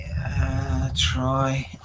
Try